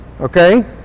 Okay